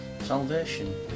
Salvation